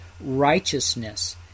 righteousness